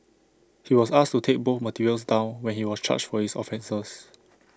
he was asked to take both materials down when he was charged for his offences